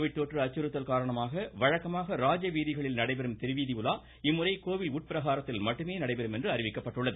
Covid தொற்று அச்சுறுத்தல் காரணமாக வழக்கமாக ராஜவீதிகளில் நடைபெறும் திருவீதி உலா இம்முறை கோவில் உட்பிரகாரத்தில் மட்டுமே நடைபெறும் என்று அறிவிக்கப்பட்டுள்ளது